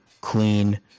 Clean